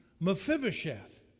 Mephibosheth